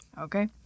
Okay